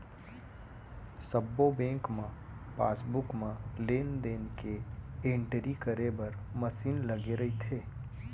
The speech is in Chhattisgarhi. सब्बो बेंक म पासबुक म लेन देन के एंटरी करे बर मसीन लगे रइथे